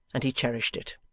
and he cherished it.